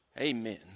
Amen